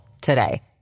today